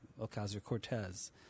Ocasio-Cortez